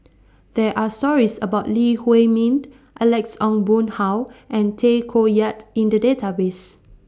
There Are stories about Lee Huei Mint Alex Ong Boon Hau and Tay Koh Yat in The Database